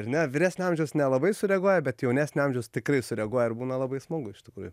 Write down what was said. ar ne vyresnio amžiaus nelabai sureaguoja bet jaunesnio amžiaus tikrai sureaguoja ir būna labai smagu iš tikrųjų